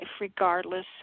regardless